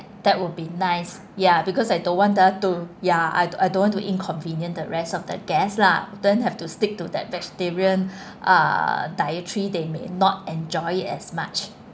that will be nice ya because I don't want her to ya I I don't want to inconvenient the rest of the guest lah then have to stick to that vegetarian uh dietary they may not enjoy it as much